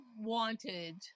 wanted